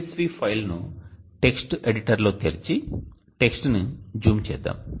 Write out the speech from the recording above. CSV ఫైల్ను text ఎడిటర్లో తెరిచి టెక్స్ట్ని జూమ్ చేద్దాం